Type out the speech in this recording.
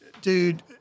dude